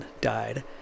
died